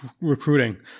recruiting